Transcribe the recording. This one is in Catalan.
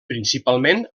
principalment